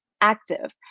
active